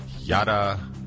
Yada